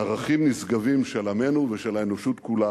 ערכים נשגבים של עמנו ושל האנושות כולה.